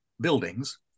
buildings